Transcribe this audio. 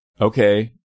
okay